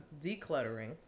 Decluttering